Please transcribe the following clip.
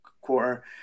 quarter